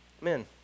men